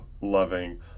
loving